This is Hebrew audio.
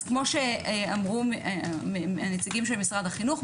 כמו שאמרו הנציגים של משרד החינוך,